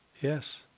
Yes